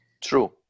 True